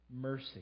mercy